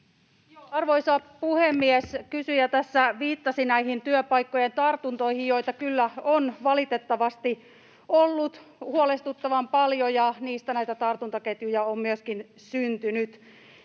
Arvoisa puhemies! Kysyjä tässä viittasi näihin työpaikkojen tartuntoihin, joita kyllä on valitettavasti ollut huolestuttavan paljon, ja niistä on myöskin syntynyt